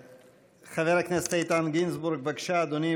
חבר הכנסת איתן גינזבורג, בבקשה, אדוני.